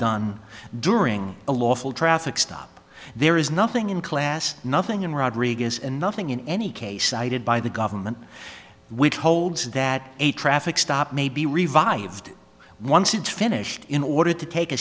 done during a lawful traffic stop there is nothing in class nothing in rodriguez and nothing in any case cited by the government which holds that a traffic stop may be revived once it's finished in order to take a